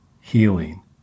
healing